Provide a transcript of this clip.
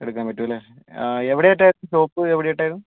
എടുക്കാൻ പറ്റും അല്ലേ എവിടെയായിട്ടായിരുന്നു ഷോപ്പ് എവിടെയായിട്ടായിരുന്നു